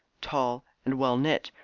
tall, and well-knit,